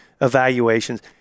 evaluations